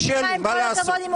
עם כל הכבוד,